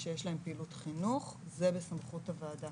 שיש להם פעילות חינוך, זה בסמכות הוועדה.